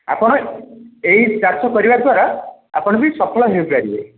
ଆପଣ ଏହି ଚାଷ କରିବା ଦ୍ଵାରା ଆପଣ ବି ସଫଳ ହୋଇପାରିବେ